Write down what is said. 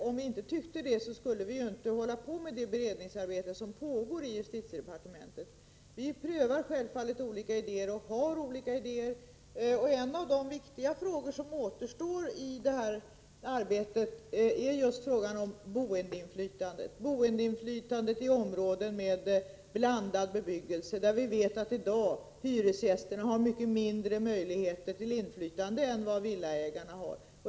Om vi inte tyckte det skulle vi inte ägna oss åt det beredningsarbete som pågår i justitiedepartementet. Vi prövar självfallet olika idéer. En av de viktiga frågor som återstår i detta arbete är just frågan om boendeinflytandet, bl.a. i områden med blandad bebyggelse, där vi vet att hyresgästerna i dag har mycket mindre möjligheter till inflytande än vad villaägarna har.